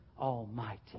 Almighty